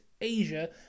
Asia